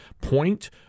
point